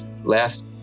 Last